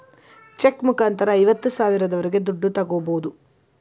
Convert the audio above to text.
check ಮುಖಾಂತರ ಐವತ್ತು ಸಾವಿರದವರೆಗೆ ದುಡ್ಡು ತಾಗೋಬೋದು